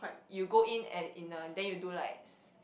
you go in and in the day you do likes